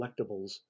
collectibles